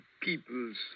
people's